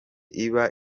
iba